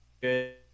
good